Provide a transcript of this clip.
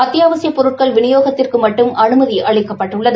அத்தியாவசியப் பொருட்கள் விநியோகத்திற்கு மட்டும் அனுமதி அளிக்கப்பட்டுள்ளது